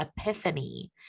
epiphany